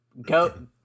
go